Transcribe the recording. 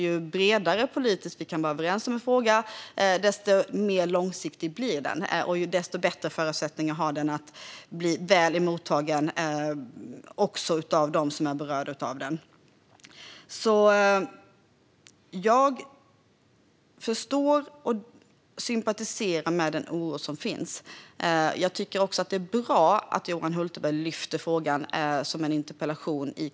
Ju bredare politiskt vi är överens i en fråga, desto mer långsiktig blir den och desto bättre förutsättningar har den att bli väl emottagen av dem som är berörda av den. Jag förstår och sympatiserar med den oro som finns, och det är bra att Johan Hultberg lyfter upp frågan som en interpellation.